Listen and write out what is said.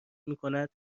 میکند